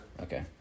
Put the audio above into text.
Okay